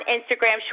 Instagram